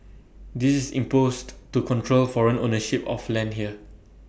this is imposed to control foreign ownership of land here